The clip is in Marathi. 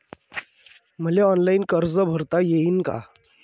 मले ऑनलाईन कर्ज भरता येईन का?